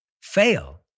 fail